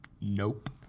Nope